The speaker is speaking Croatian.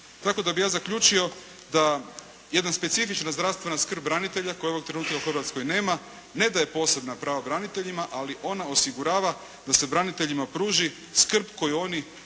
Tako da bih ja zaključio da jedna specifična zdravstvena skrb branitelja koje ovog trenutka u Hrvatskoj nema, ne daje posebna prava braniteljima, ali ona osigurava da se braniteljima pruži skrb koju oni imaju